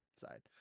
side